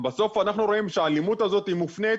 בסוף אנחנו רואים שהאלימות הזאת מופנית